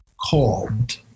called